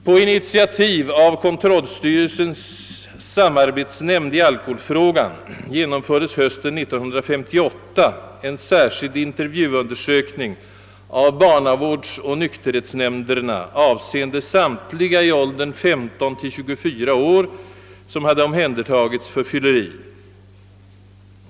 På initiativ av kontrollstyrelsens samarbetsnämnd i alkoholfrågan genomfördes hösten 1958 en särskild intervjuundersökning av barnavårdsoch nykterhetsnämnderna avseende samtliga i åldern 15—24 år som hade omhändertagits för fylleri.